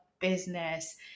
business